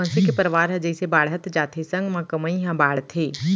मनसे के परवार ह जइसे बाड़हत जाथे संग म कमई ह बाड़थे